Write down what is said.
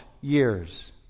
years